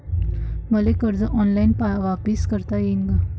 मले कर्ज ऑनलाईन वापिस करता येईन का?